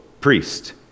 priest